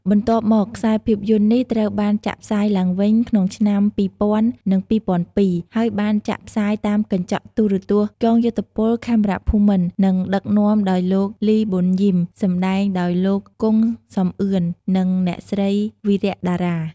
បន្ទាប់មក ខ្សែភាពយន្ត នេះត្រូវបាន ចាក់ផ្សាយឡើងវិញ ក្នុងឆ្នាំ ២០០០ និង ២០០២ ហើយបានចាក់ផ្សាយតាមកញ្ចក់ ទូរទស្សន៍កងយោធពលខេមរភូមិន្ទ និងដឹកនាំដោយលោក លី ប៊ុនយីម សម្តែងដោយលោក គង់ សំអឿន និងអ្នកស្រី វីរៈ តារា។